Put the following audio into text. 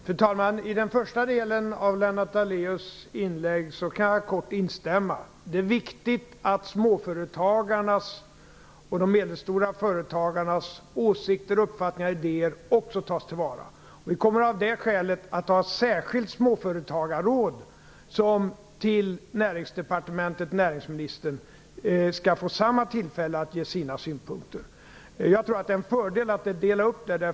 Fru talman! Jag kan instämma i den första delen av Lennart Daléus inlägg. Det är viktigt att småföretagarnas och de medelstora företagarnas åsikter, uppfattningar och idéer också tas till vara. Vi kommer av den anledningen att inrätta ett särskilt småföretagarråd, som skall få tillfälle att ge sina synpunkter till Näringsdepartementet och näringsministern. Jag tror att det är en fördel att göra en uppdelning.